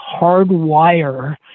hardwire